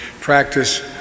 practice